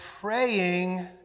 praying